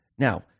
Now